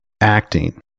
acting